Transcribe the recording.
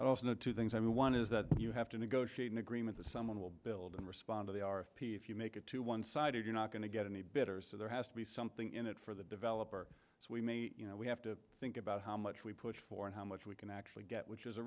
also two things i mean one is that you have to negotiate an agreement that someone will build and respond they are p if you make it to one side you're not going to get any better so there has to be something in it for the developer so we may you know we have to think about how much we push for and how much we can actually get which is a